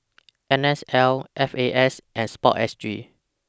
N S L F A S and Sportsg